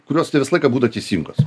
kurios ne visą laiką būna teisingos